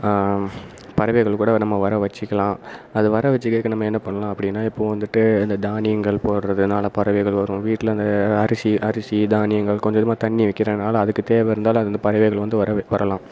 பறவைகள் கூட நம்ம வர வச்சிக்கலாம் அதை வர வச்சிக்கிறதுக்கு நம்ம என்ன பண்ணலாம் அப்படின்னா இப்போ வந்துட்டு இந்த தானியங்கள் போடுறதுனால பறவைகள் வரும் வீட்டில இந்த அரிசி அரிசி தானியங்கள் கொஞ்சம் கொஞ்சமாக தண்ணி வைக்கிறதுனால் அதுக்கு தேவையிருந்தாலும் அந்த பறவைகள் வந்து வர வரலாம்